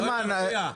רוטמן,